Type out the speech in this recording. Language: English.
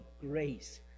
grace